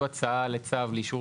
אם השר